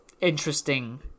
interesting